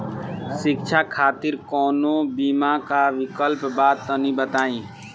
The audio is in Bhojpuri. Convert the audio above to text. शिक्षा खातिर कौनो बीमा क विक्लप बा तनि बताई?